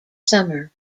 summer